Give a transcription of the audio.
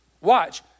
Watch